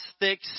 thick